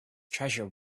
treasure